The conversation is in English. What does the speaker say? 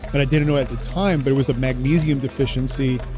but i didn't know at the time but it was a magnesium deficiency.